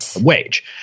wage